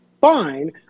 fine